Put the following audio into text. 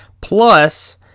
Plus